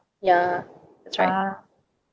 ya that's right